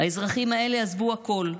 האזרחים האלה עזבו הכול,